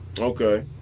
Okay